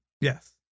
Yes